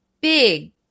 big